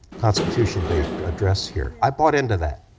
constitution day address here, i bought into that.